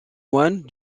moines